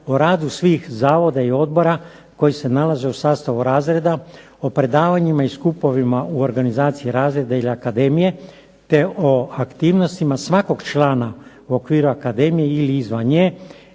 o radu svih zavoda i odbora koji se nalaze u sastavu razreda, o predavanjima i skupovima u organizaciji razreda ili akademije, te o aktivnostima svakog člana u okviru akademije ili izvan